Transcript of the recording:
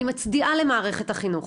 אני מצדיעה למערכת החינוך.